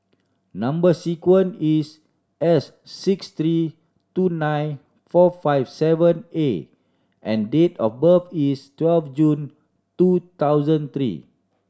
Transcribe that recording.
number sequence is S six three two nine four five seven A and date of birth is twelve June two thousand three